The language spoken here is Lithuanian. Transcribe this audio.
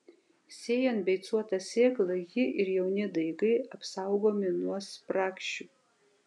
sėjant beicuotą sėklą ji ir jauni daigai apsaugomi nuo spragšių